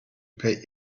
pay